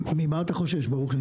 ממה אתה חושש, ברוכי?